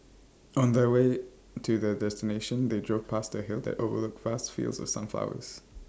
on the way to their destination they drove past A hill that overlooked vast fields of sunflowers